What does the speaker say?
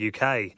UK